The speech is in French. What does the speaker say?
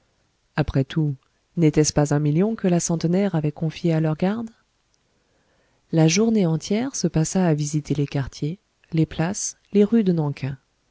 après tout n'était-ce pas un million que la centenaire avait confié à leur garde la journée entière se passa à visiter les quartiers les places les rues de